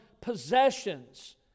possessions